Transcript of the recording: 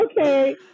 okay